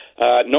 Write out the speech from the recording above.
No